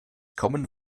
commen